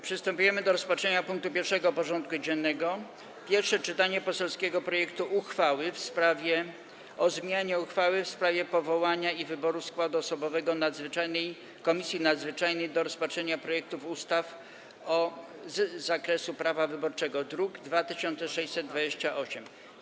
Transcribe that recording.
Przystępujemy do rozpatrzenia punktu 1. porządku dziennego: Pierwsze czytanie poselskiego projektu uchwały o zmianie uchwały w sprawie powołania i wyboru składu osobowego Komisji Nadzwyczajnej do rozpatrzenia projektów ustaw z zakresu prawa wyborczego (druk nr 2628)